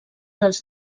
dels